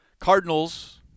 Cardinals